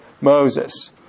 Moses